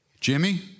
Jimmy